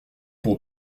pour